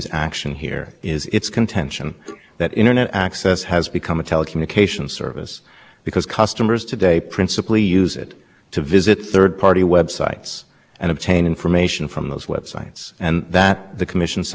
contention that internet access has become a telecommunications service because customers today principally use it to visit third party websites and obtain information from those websites and that the commission says is just telecommunications